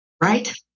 right